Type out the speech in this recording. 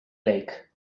lake